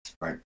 Right